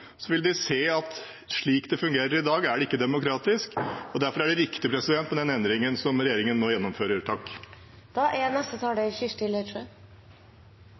vil de se at slik det fungerer i dag, er det ikke demokratisk. Derfor er det riktig med den endringen regjeringen nå gjennomfører.